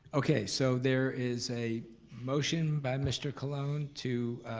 okay, so there is a motion by mr. colon to,